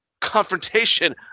confrontation